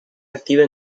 activa